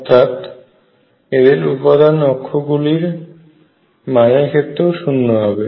অর্থাৎ এটি এদের উপাদান অক্ষ গুলির মানের ক্ষেত্রেও শূন্য হবে